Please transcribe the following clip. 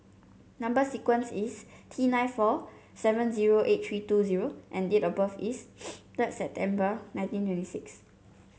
number sequence is T nine four seven zero eight three two zero and date of birth is third September nineteen twenty six